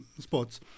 spots